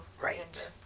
right